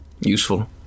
Useful